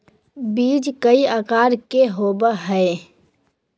बीज कई आकार के होबो हइ